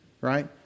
right